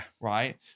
right